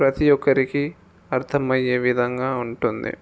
ప్రతి ఒక్కరికి అర్థమయ్యే విధంగా ఉంటుంది